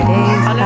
days